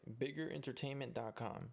biggerentertainment.com